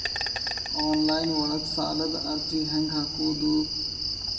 Online ಒಳಗ ಸಾಲದ ಅರ್ಜಿ ಹೆಂಗ್ ಹಾಕುವುದು?